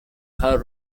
her